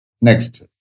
Next